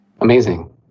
Amazing